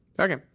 Okay